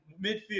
midfield